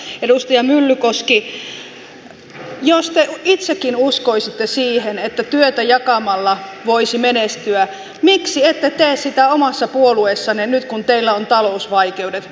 edustaja myllykoski jos te itsekin uskoisitte siihen että työtä jakamalla voisi menestyä miksi ette tee sitä omassa puolueessanne nyt kun teillä on talousvaikeudet